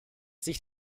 sich